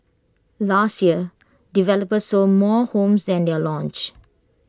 last year developers sold more homes than they are launched